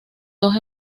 dos